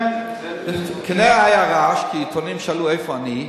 כן, כנראה היה רעש, כי עיתונים שאלו איפה אני.